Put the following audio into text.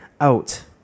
out